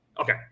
Okay